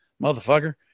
motherfucker